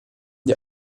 die